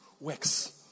works